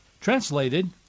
Translated